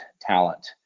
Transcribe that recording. talent